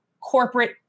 corporate